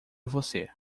você